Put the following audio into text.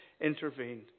intervened